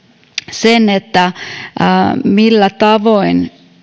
sen millä tavoin